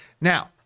now